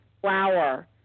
flower